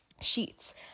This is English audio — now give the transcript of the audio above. sheets